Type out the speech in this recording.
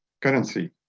currency